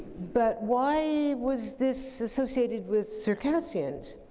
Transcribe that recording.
but, why was this associated with circassians?